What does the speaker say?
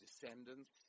descendants